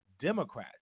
democrats